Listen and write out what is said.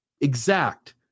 exact